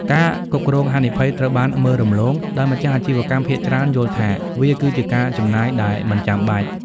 ការគ្រប់គ្រងហានិភ័យត្រូវបានមើលរំលង ដោយម្ចាស់អាជីវកម្មភាគច្រើនយល់ថាវាគឺជាការចំណាយដែលមិនចាំបាច់។